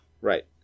Right